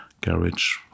garage